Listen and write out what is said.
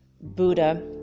Buddha